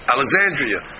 Alexandria